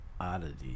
Oddity